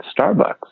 Starbucks